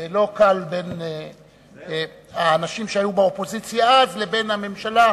לא קל בין האנשים שהיו באופוזיציה אז לבין הממשלה,